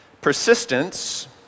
persistence